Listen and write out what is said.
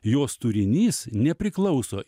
jos turinys nepriklauso